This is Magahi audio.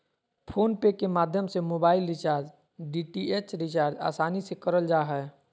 फ़ोन पे के माध्यम से मोबाइल रिचार्ज, डी.टी.एच रिचार्ज आसानी से करल जा हय